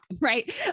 right